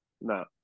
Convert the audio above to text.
No